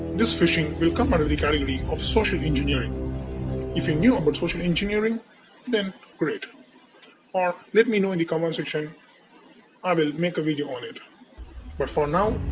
this phishing will come under the category of social engineering if you knew about um but social engineering then great or let me know in the comment section i will make a video on it but for now,